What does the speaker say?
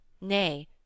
nay